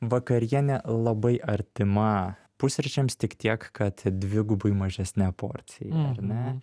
vakarienė labai artima pusryčiams tik tiek kad dvigubai mažesne porcija ar ne